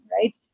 right